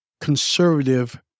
conservative